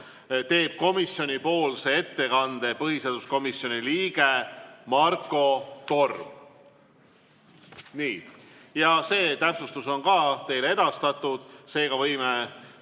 teeb komisjonipoolse ettekande põhiseaduskomisjoni liige Marko Torm. Nii, see täpsustus on teile edastatud, seega võime